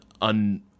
un-